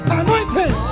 anointing